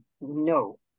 no